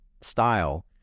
style